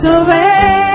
away